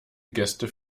gäste